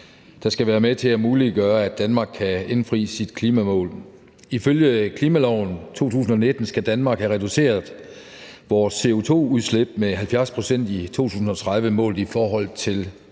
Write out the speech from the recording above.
der skal være med til at muliggøre, at Danmark kan indfri sit klimamål. Ifølge klimaloven for 2019 skal vi i Danmark have reduceret vores CO2-udslip med 70 pct. i 2030 målt i forhold til